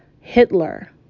Hitler